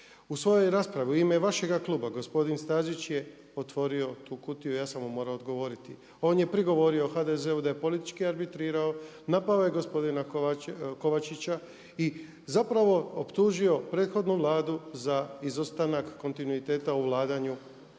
U svojoj je raspravi u ime vašega kluba gospodin Stazić je otvorio tu kutiju, ja sam mu morao odgovoriti. On je prigovorio HDZ-u da je politički arbitrirao, napao je gospodina Kovačića i zapravo optužio prethodnu Vladu za izostanak kontinuiteta u vladanju i